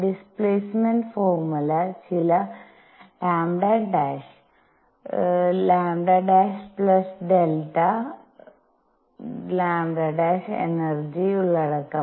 displacement formula ചില λ λ Δ λ energy ഉള്ളടക്കം